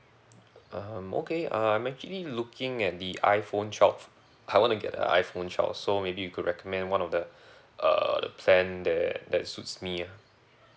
um okay uh I'm actually looking at the iphone twelve I wanna get the iphone twelve so maybe you could recommend one of the err the plan that that suits me ah